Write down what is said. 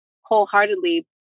wholeheartedly